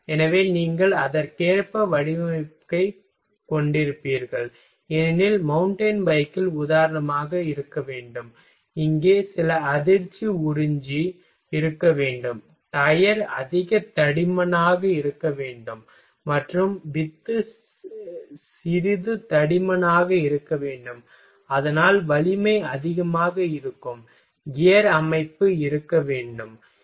எனவே நீங்கள் அதற்கேற்ப வடிவமைப்பைக் கொண்டிருப்பீர்கள் ஏனெனில் மவுண்டன் பைக்கில் உதாரணமாக இருக்க வேண்டும் இங்கே சில அதிர்ச்சி உறிஞ்சி இருக்க வேண்டும் டயர் அதிக தடிமனாக இருக்க வேண்டும் மற்றும் வித்து சிறிது தடிமனாக இருக்க வேண்டும் அதனால் வலிமை அதிகமாக இருக்கும் கியர் அமைப்பு இருக்க வேண்டும் சரி